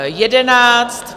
11.